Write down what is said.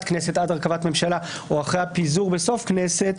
כנסת עד הרכבת ממשלה או אחרי הפיזור בסוף כנסת,